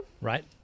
Right